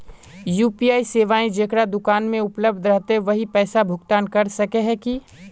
UPI सेवाएं जेकरा दुकान में उपलब्ध रहते वही पैसा भुगतान कर सके है की?